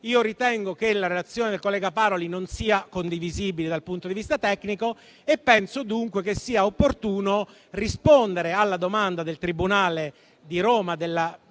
ritengo che la relazione del collega Paroli non sia condivisibile dal punto di vista tecnico: penso dunque che sia opportuno rispondere alla domanda del Tribunale dei